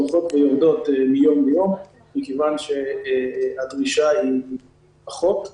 הולכת ויורדת מיום ליום מכיוון שהדרישה פחותה.